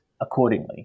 accordingly